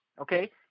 okay